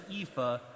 ephah